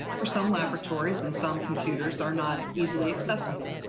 or some laboratories and some computers are not easily accessible,